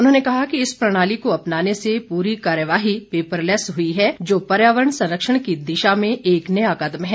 उन्होंने कहा कि इस प्रणाली को अपनाने से पूरी कार्यवाही पेपरलेस हुई है जो पर्यावरण संरक्षण की दिशा में एक नया कदम है